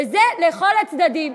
וזה לכל הצדדים.